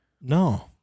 No